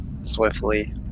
swiftly